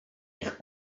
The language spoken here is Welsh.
eich